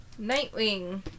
Nightwing